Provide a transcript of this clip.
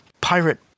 pirate